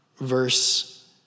verse